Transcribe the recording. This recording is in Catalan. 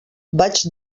vaig